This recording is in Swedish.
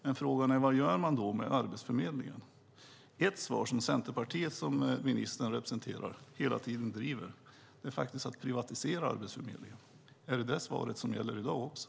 Men frågan är: Vad gör man med Arbetsförmedlingen? Något som Centerpartiet, som ministern representerar, hela tiden driver är att man ska privatisera Arbetsförmedlingen. Är det detta svar som gäller i dag också?